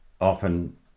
often